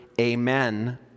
amen